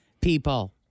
People